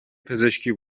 پزشکی